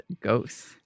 Ghosts